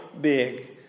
big